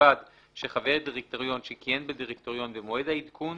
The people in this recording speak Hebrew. ובלבד שחבר דירקטוריון שכיהן בדירקטוריון במועד העדכון